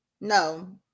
No